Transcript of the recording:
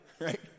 right